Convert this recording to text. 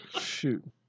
Shoot